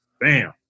bam